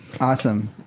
Awesome